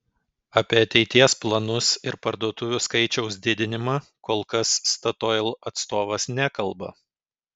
apie ateities planus ir parduotuvių skaičiaus didinimą kol kas statoil atstovas nekalba